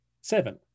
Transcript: seven